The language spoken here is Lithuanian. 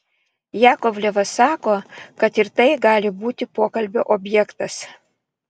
jakovlevas sako kad ir tai gali būti pokalbio objektas